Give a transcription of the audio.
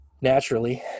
naturally